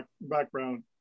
background